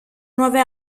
nuove